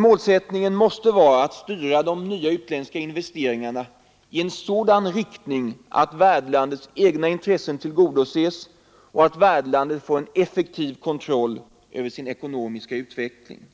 Målsättningen måste i stället vara att styra de nya utländska investeringarna i en sådan riktning att värdlandets egna intressen tillgodoses och att värdlandet får en effektiv kontroll över sin ekonomiska utveckling.